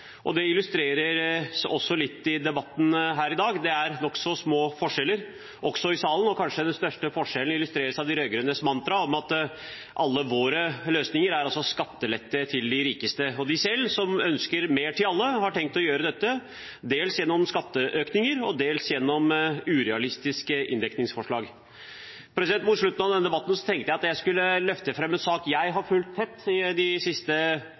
i dag illustrerer at det går veldig bra i Norge. Selv om det er forbedringspotensial i Norge, bor vi faktisk i verdens beste land. Det illustreres også litt i debatten her i dag, det er nokså små forskjeller i salen. Kanskje illustreres den største forskjellen av de rød-grønnes mantra om at alle våre løsninger er skattelette til de rikeste, og av at de selv, som ønsker mer til alle, har tenkt å gjøre dette dels gjennom skatteøkninger og dels gjennom urealistiske inndekningsforslag. Mot slutten av denne debatten tenkte jeg at jeg skulle løfte